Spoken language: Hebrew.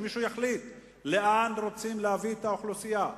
שמישהו יחליט לאן רוצים להביא את האוכלוסייה?